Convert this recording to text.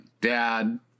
dad